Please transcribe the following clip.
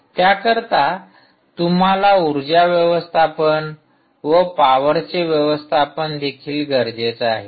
त्याकरिता तुम्हाला ऊर्जा व्यवस्थापन व पॉवरचे व्यवस्थापन देखील गरजेचे आहे